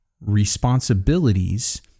responsibilities